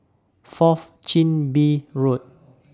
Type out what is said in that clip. Fourth Chin Bee Road